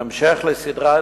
בהמשך לסדרת